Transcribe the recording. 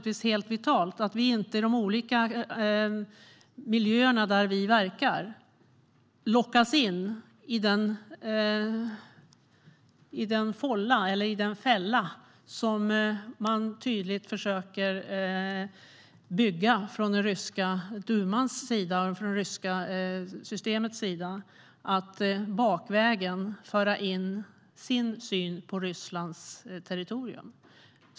Det är helt vitalt att vi i de olika miljöerna där vi verkar inte lockas in i den fälla som den ryska duman och det ryska systemet försöker bygga: att bakvägen föra in sin syn på Rysslands territorium.